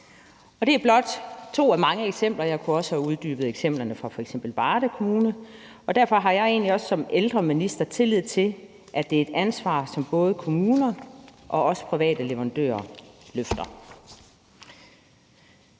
Det er blot to af mange eksempler. Jeg kunne også have uddybet eksemplerne fra f.eks. Varde Kommune. Derfor har jeg egentlig også som ældreminister tillid til, at det er et ansvar, som både kommuner og også private leverandører løfter.